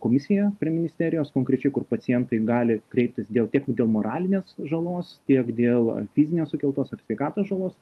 komisija prie ministerijos konkrečiai kur pacientai gali kreiptis dėl tiek dėl moralinės žalos tiek dėl fizinio sukeltos ar sveikatos žalos